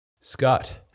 Scott